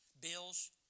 Bills